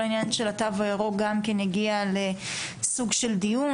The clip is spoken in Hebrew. העניין של התו הירוק גם כן יגיע לסוג של דיון.